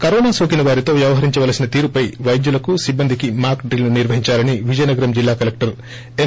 corona సోకిన వారితో వ్యవహరించవలసిన తీరుపై వైద్యులకు సిబ్బందికి మాక్ డ్రిల్ ను నిర్వహిందాలని విజయనగరం జిల్లా కలెక్షర్ ఎం